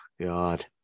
God